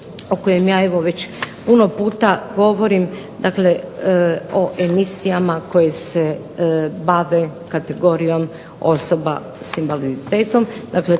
o kojem ja evo već puno puta govorim. Dakle, o emisijama koje se bave kategorijom osoba sa invaliditetom.